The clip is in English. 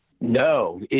No